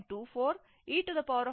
04 1